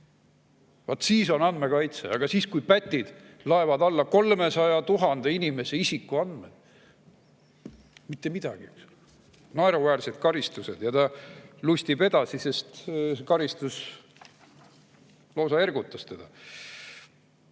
Vaat siis on andmekaitse! Aga siis, kui pätt laeb alla 300 000 inimese isikuandmed – mitte midagi, naeruväärne karistus! Ja ta lustib edasi, sest karistus lausa ergutas teda.